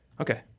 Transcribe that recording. Okay